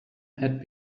had